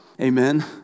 Amen